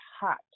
hot